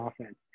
offense